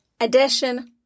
addition